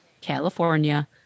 California